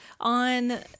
on